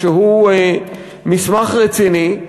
שהוא מסמך רציני,